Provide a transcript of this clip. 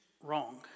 wrong